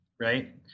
right